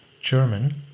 German